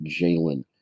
Jalen